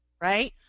right